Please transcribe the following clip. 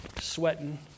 sweating